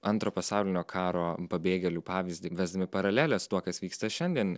antro pasaulinio karo pabėgėlių pavyzdį vesdami paraleles tuo kas vyksta šiandien